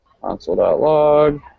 console.log